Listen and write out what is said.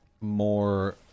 more